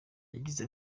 yagize